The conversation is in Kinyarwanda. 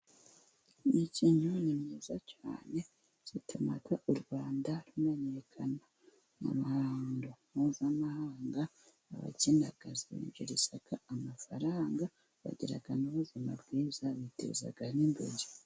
Imikino ni myiza cyane ituma u Rwanda rumenyekana mu ruhando mpuzamahanga. Abakina ibinjiriza amafaranga, bagira n'ubuzima bwiza biteza n'imbere.